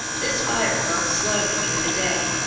this fire burned slowly through the day,